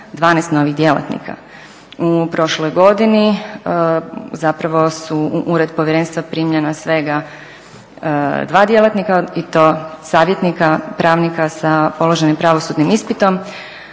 12 novih djelatnika. U prošloj godini zapravo su u ured povjerenstva primljena svega 2 djelatnika i to savjetnika, pravnika sa položenim pravosudnim ispitom.